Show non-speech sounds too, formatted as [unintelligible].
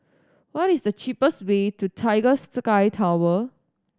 what is the cheapest way to Tiger [unintelligible] Sky Tower